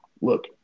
Look